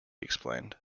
explained